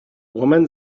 woman